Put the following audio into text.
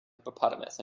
hippopotamus